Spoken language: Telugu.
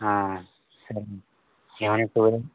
సరేనండి ఏవైనా